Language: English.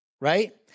right